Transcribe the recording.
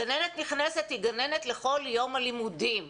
גננת נכנסת היא גננת לכל יום הלימודים.